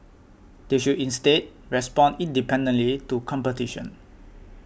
they should instead respond independently to competition